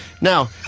Now